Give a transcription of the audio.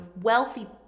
wealthy